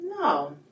No